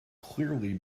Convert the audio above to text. clearly